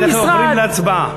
אנחנו תכף עוברים להצבעה.